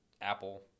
Apple